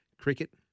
cricket